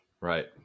Right